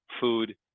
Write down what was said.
food